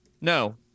no